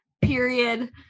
Period